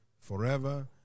forever